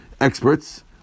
experts